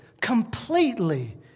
completely